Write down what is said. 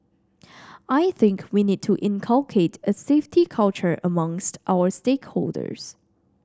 I think we need to inculcate a safety culture amongst our stakeholders